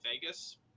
Vegas